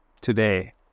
today